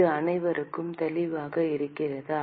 இது அனைவருக்கும் தெளிவாக இருக்கிறதா